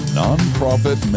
nonprofit